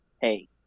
hey